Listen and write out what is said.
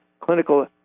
clinical